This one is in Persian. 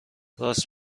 راست